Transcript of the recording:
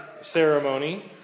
ceremony